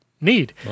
need